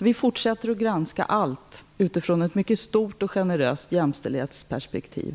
Vi fortsätter alltså att granska allt utifrån ett mycket stort och generöst jämställdhetsperspektiv.